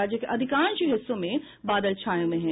राज्य के अधिकांश हिस्सों में बादल छाये हुए हैं